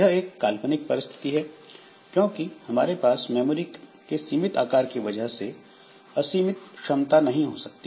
यह एक काल्पनिक परिस्थिति है क्योंकि हमारे पास मेमोरी के सीमित आकार की वजह से असीमित क्षमता नहीं हो सकती